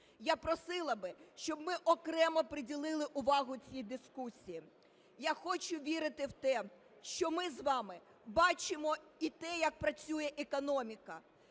Я просила б, щоб ми окремо приділили увагу цій дискусії. Я хочу вірити в те, що ми з вами бачимо і те, як працює економіка.